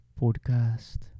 podcast